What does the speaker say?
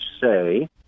say